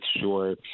sure